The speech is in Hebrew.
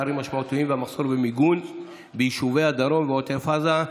בנושא: פערים משמעותיים והמחסור במיגון ביישובי הדרום ועוטף עזה.